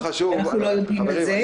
אנחנו לא יודעים את זה,